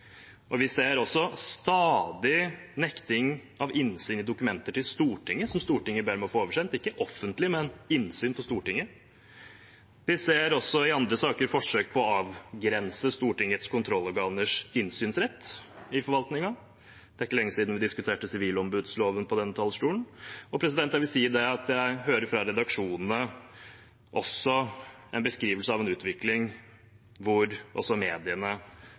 Og vi ser også stadig nekting av innsyn i dokumenter til Stortinget som Stortinget ber om å få oversendt – ikke offentlig, men innsyn for Stortinget. Vi ser også i andre saker forsøk på å avgrense Stortingets kontrollorganers innsynsrett i forvaltningen. Det er ikke lenge siden vi diskuterte sivilombudsloven fra denne talerstolen. Og jeg vil si at jeg hører fra redaksjonene en beskrivelse av en utvikling hvor også mediene